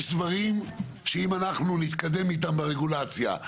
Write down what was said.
יש דברים שאם אנחנו נתקדם איתם ברגולציה,